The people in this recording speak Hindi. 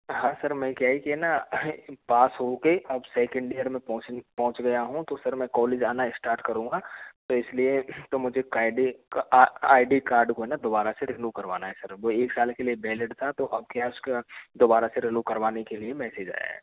हाँ सर मैं क्या ही है कि ना पास हो के अब सेकंड ईयर में पहुँच गया हूँ तो सर मैं कॉलेज आना स्टार्ट करूँगा तो इसलिए तो मुझे कायदे आई डी कार्ड को ना दोबारा से रिन्यू करवाना है सर वो एक साल के लिए वैलिड था तो अब क्या उसका दोबारा से रिन्यू करवाने के लिए मैसेज आया है